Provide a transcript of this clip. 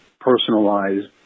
personalized